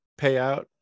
payout